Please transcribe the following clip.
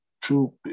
true